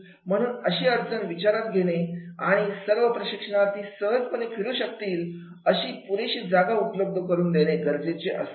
म्हणून अशी अडचण विचारात घेणे आणि सर्व प्रशिक्षणार्थी सहजपणे फिरू शकतील अशी पुरेशी जागा उपलब्ध करून देणे गरजेचे असते